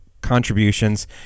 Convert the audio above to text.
contributions